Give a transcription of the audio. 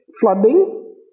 flooding